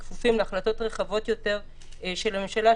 שכפופים להחלטות רחבות יותר של הממשלה,